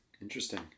Interesting